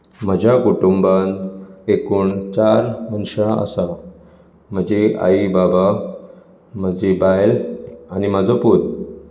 म्हज्या कुटुंबांत एकूण चार मनशां आसात म्हजी आई बाबा म्हजी बायल आनी म्हजो पूत